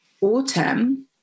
autumn